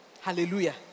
Hallelujah